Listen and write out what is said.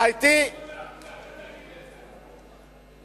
אל תגיד את זה.